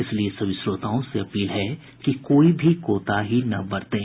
इसलिए सभी श्रोताओं से अपील है कि कोई भी कोताही न बरतें